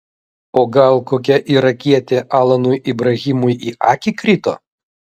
o gal kokia irakietė alanui ibrahimui į akį krito